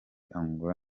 angola